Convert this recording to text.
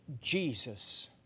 Jesus